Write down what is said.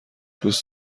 دوست